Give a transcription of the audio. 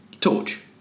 Torch